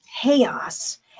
chaos